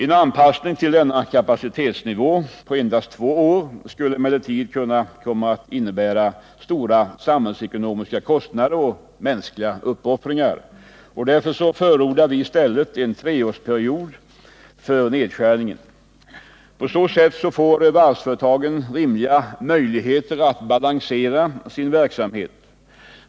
En anpassning till denna kapacitetsnivå på endast två år skulle emellertid kunna komma att innebära stora samhällsekonomiska kostnader och mänskliga uppoffringar. Därför förordar vi i stället en treårsperiod för nedskärningen. På så sätt får varvsföretagen rimliga möjligheter att balansera sin verksamhet.